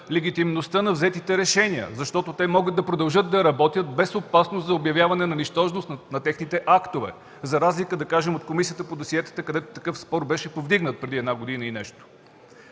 легитимността на взетите решения, защото те могат да продължат да работят без опасност за обявяване на нищожност на техните актове, за разлика, да кажем, от Комисията по досиетата, където такъв спор беше повдигнат преди година и нещо.